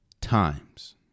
times